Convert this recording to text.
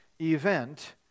event